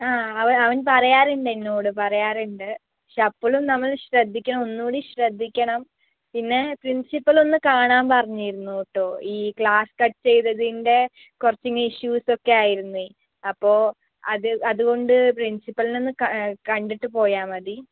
ആ അവൻ അവൻ പറയാറുണ്ട് എന്നോട് പറയാറുണ്ട് പക്ഷെ അപ്പളും നമ്മള് ശ്രദ്ധിക്കണം ഒന്നുംകൂടി ശ്രദ്ധിക്കണം പിന്നെ പ്രിൻസിപ്പ്ളൊന്ന് കാണാൻ പറഞ്ഞിരുന്നൂട്ടോ ഈ ക്ലാസ് കട്ട് ചെയ്തതിൻ്റെ കുറച്ച് ന്നെ ഇഷ്യൂസ് ഒക്കെ ആയിരുന്നെ അപ്പോൾ അത് അതുകൊണ്ട് പ്രിൻസിപ്പിളിനൊന്ന് ഒന്ന് ക കണ്ടിട്ട് പോയാമതി